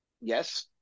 Yes